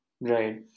right